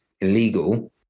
illegal